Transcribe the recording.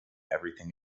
everything